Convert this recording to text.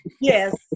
Yes